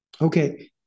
Okay